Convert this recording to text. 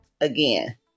Again